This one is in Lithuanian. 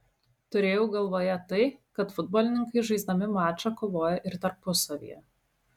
turėjau galvoje tai kad futbolininkai žaisdami mačą kovoja ir tarpusavyje